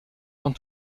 dans